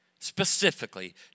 specifically